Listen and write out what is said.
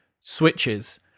switches